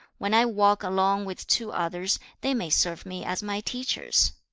when i walk along with two others, they may serve me as my teachers.